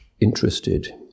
interested